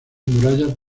murallas